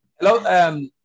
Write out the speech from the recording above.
hello